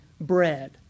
bread